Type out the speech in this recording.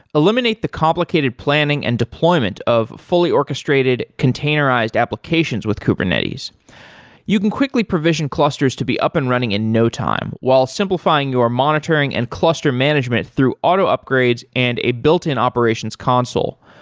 eliminate the complicated planning and deployment of fully orchestrated containerized applications with kubernetes you can quickly provision clusters to be up and running in no time, while simplifying your monitoring and cluster management through auto upgrades and a built-in operations console.